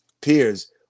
peers